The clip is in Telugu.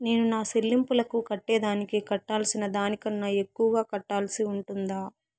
నేను నా సెల్లింపులకు కట్టేదానికి కట్టాల్సిన దానికన్నా ఎక్కువగా కట్టాల్సి ఉంటుందా?